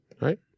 Right